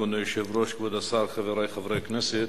כבוד היושב-ראש, תודה, כבוד השר, חברי חברי הכנסת,